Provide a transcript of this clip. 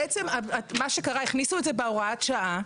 מה שקרה זה שהכניסו את זה בהוראת השעה,